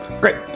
Great